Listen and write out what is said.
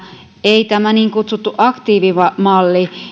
ei tämä niin kutsuttu aktiivimalli